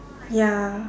ya